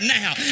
now